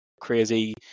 crazy